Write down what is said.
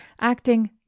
Acting